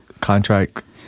contract